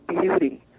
beauty